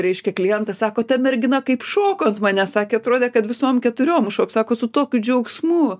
reiškia klientą sako ta mergina kaip šoko ant manęs sakė atrodė kad visom keturiom užšoks sako su tokiu džiaugsmu